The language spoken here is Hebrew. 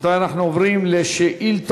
רבותי, אנחנו עוברים לשאילתות